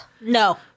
No